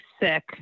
sick